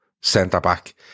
centre-back